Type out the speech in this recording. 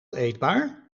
eetbaar